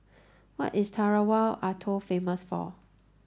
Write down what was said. what is Tarawa Atoll famous for